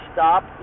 Stop